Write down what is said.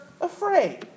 afraid